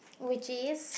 which is